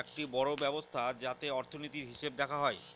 একটি বড়ো ব্যবস্থা যাতে অর্থনীতির, হিসেব দেখা হয়